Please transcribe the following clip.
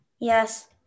Yes